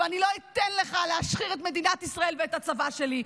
ואני לא אתן לך להשחיר את מדינת ישראל ואת הצבא שלי.